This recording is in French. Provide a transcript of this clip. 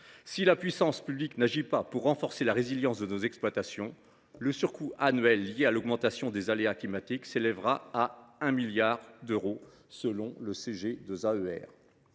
Si la puissance publique n’agit pas pour renforcer la résilience de nos exploitations, le surcoût annuel lié à l’augmentation des aléas climatiques s’élèvera à 1 milliard d’euros, selon le Conseil